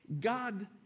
god